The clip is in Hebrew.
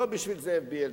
לא בשביל זאב בילסקי,